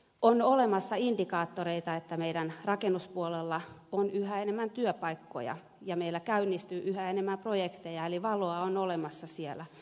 on olemassa indikaattoreita että meidän rakennuspuolellamme on yhä enemmän työpaikkoja ja meillä käynnistyy yhä enemmän projekteja eli valoa on olemassa siellä